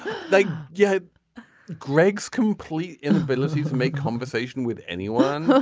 like yeah get greg's complete inability to make conversation with anyone.